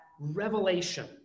revelation